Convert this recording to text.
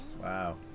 Wow